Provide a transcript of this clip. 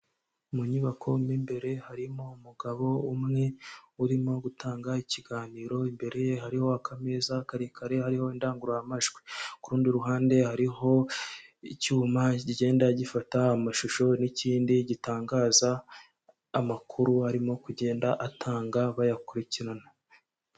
Mu nyubako mo imbere harimo umugabo umwe urimo gutanga ikiganiro, imbere ye hariho akameza karekare hariho indangururamajwi, ku rundi ruhande hariho icyuma kigenda gifata amashusho n'ikindi gitangaza amakuru arimo kugenda atanga bayakurikirana.